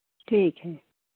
ठीक है